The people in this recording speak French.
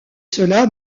cela